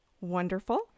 Wonderful